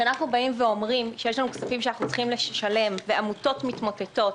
כשאנחנו אומרים שיש לנו כספים שאנחנו צריכים לשלם ועמותות מתמוטטות,